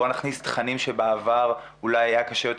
בואו נכניס תכנים שבעבר אולי היה קשה יותר